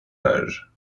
âges